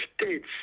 states